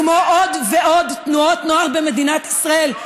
כמו עוד ועוד תנועות נוער במדינת ישראל.